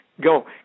Go